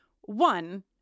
one